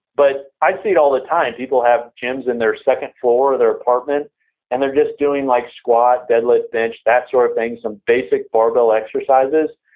but i see it all the time. people have gyms in their second floor of their apartment and they're just doing like squat, deadlift, bench, that sort of thing, some basic barbell exercises.